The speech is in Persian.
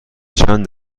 چند